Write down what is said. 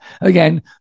again